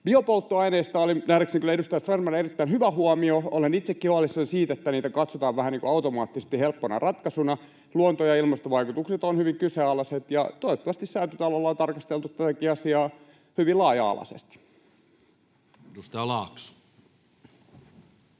Biopolttoaineista oli nähdäkseni kyllä edustaja Strandmanilla erittäin hyvä huomio. Olen itsekin huolissani siitä, että niitä katsotaan vähän niin kuin automaattisesti helppona ratkaisuna. Luonto- ja ilmastovaikutukset ovat hyvin kyseenalaiset, ja toivottavasti Säätytalolla on tarkasteltu tätäkin asiaa hyvin laaja-alaisesti. [Speech 108]